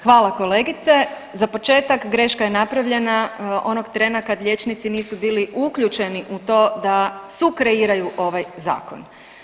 Hvala kolegice, za početak greška je napravljena onog trena kad liječnici nisu bili uključeni u to da sukreiraju ovaj zakon.